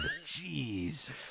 Jeez